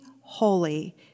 holy